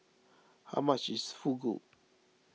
how much is Fugu